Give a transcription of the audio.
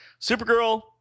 Supergirl